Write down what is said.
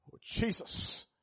Jesus